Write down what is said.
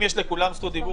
אם לכולם יש זכות דיבור,